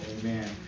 Amen